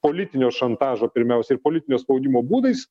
politinio šantažo pirmiausia ir politinio spaudimo būdais